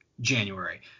January